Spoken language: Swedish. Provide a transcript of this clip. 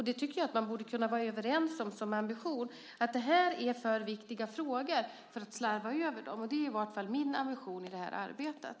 Det tycker jag man borde vara överens om att ha som ambition. Det är för viktiga frågor för att slarva över dem. Det är i varje fall min ambition i arbetet.